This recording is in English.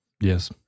yes